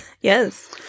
Yes